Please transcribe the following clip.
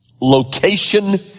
Location